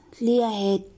Leah